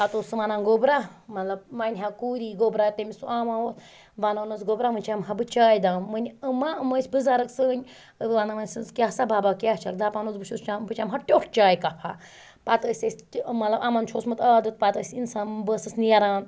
پَتہٕ اوس سُہ وَنان گۄبرَہ مَطلَب وَنہِ ہا کوٗری گۄبرَہ تٔمِس آما اوس وَنان اوس گۄبرَہ وۄنۍ چٮ۪مہٕ ہا بہٕ چایہِ دام وٕنۍ یِم ما یِم ٲسۍ بٕزَرٕگ سٲنۍ وَنان ٲسِس کیاہ سا بَبا کیاہ چیکھ دَپان اوس بہٕ چٮ۪مہٕ ہا ٹِیوٚٹ چاے کَپا پتہٕ ٲسۍ أسۍ تہِ مَطلَب یِمَن چھُ اوسمُت عادَت پتہٕ ٲسۍ انسان بہٕ ٲسٕس نیران